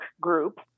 group